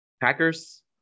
Packers